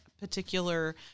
particular